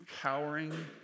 cowering